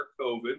COVID